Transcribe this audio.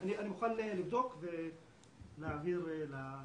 אני מוכן לבדוק ולהעביר לוועדה.